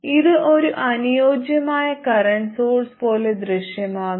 ഇത് ഒരു അനുയോജ്യമായ കറന്റ് സോഴ്സ് പോലെ ദൃശ്യമാകും